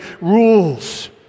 rules